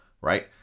right